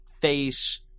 face